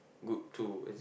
good too